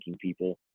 people